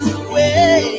away